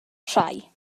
rhai